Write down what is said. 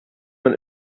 man